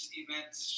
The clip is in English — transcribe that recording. events